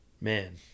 Man